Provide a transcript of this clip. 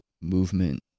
movement